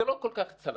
זה לא כל כך צלח.